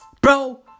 Bro